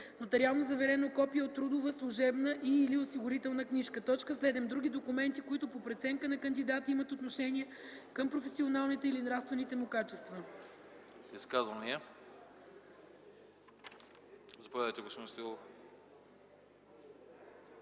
нотариално заверено копие от трудова/служебна и/или осигурителна книжка; 7. други документи, които по преценка на кандидата имат отношение към професионалните или нравствените му качества”.”